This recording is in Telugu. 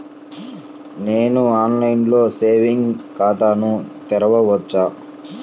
నేను ఆన్లైన్లో సేవింగ్స్ ఖాతాను తెరవవచ్చా?